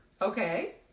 Okay